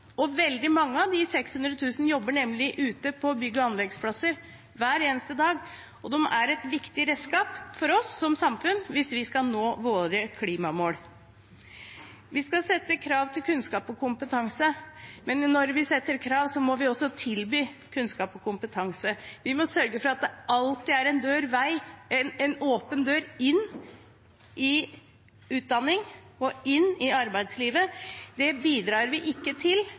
og sirkulærøkonomi. Veldig mange av de 600 000 jobber nemlig ute på bygge- og anleggsplasser hver eneste dag, og de er et viktig redskap for oss som samfunn hvis vi skal nå våre klimamål. Vi skal stille krav til kunnskap og kompetanse, men når vi stiller krav, må vi også tilby kunnskap og kompetanse. Vi må sørge for at det alltid er en åpen dør inn i utdanning og inn i arbeidslivet. Det bidrar vi ikke til